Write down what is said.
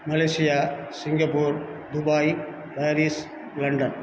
Malaysia Singapore Dubai Paris London